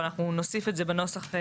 אבל אנחנו נוסיף את זה בנוסח,